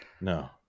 No